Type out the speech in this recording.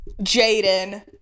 Jaden